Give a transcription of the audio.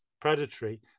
predatory